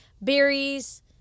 berries